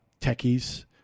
techies